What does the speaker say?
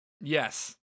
yes